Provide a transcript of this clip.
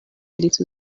little